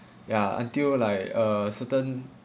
ya until like uh certain